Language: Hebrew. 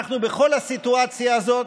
אנחנו בכל הסיטואציה הזאת,